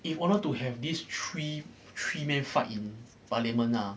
in order to have these three three men fight in parliament ah